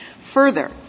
Further